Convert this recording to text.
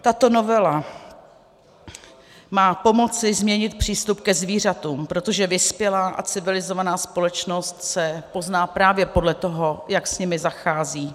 Tato novela má pomoci změnit přístup ke zvířatům, protože vyspělá a civilizovaná společnost se pozná právě podle toho, jak s nimi zachází.